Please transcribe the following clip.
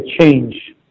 change